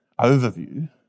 overview